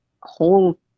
whole